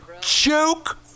Joke